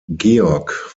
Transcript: georg